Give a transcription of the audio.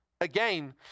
Again